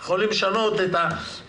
אנחנו יכולים לשנות את המתווים.